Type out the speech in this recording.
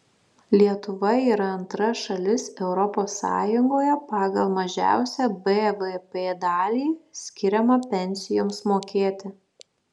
lietuva yra antra šalis es pagal mažiausią bvp dalį skiriamą pensijoms mokėti